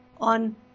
on